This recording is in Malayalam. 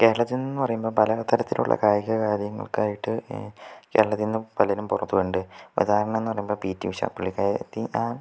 കേരളത്തിൽ എന്നു പറയുമ്പോൾ പല തരത്തിലുള്ള കായിക കാര്യങ്ങൾക്കായിട്ട് കേരളത്തിൽ നിന്നും പലരും പുറത്തു പോയിട്ടുണ്ട് ഉദാഹരണം എന്നു പറയുമ്പോൾ പിടി ഉഷ പുള്ളിക്കാരിത്തി